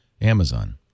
Amazon